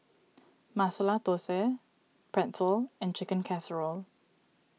Masala Dosa Pretzel and Chicken Casserole